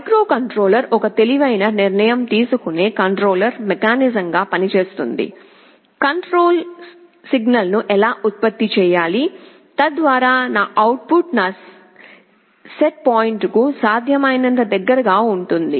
microcontroller ఒక తెలివైన నిర్ణయం తీసుకునే కంట్రోలర్ మెకానిజంగా పనిచేస్తుంది కంట్రోల్ సిగ్నల్ను ఎలా ఉత్పత్తి చేయాలి తద్వారా నా అవుట్ పుట్ నా సెట్ పాయింట్కు సాధ్యమైనంత దగ్గరగా ఉంటుంది